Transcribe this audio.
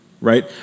right